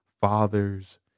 fathers